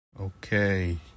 okay